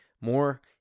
more